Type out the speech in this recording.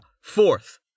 fourth